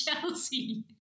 Chelsea